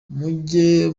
mujye